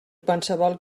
qualsevol